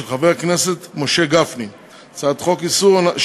של חבר הכנסת משה גפני וקבוצת חברי הכנסת,